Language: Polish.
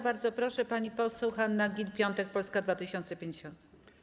Bardzo proszę, pani poseł Hanna Gill-Piątek, Polska 2050.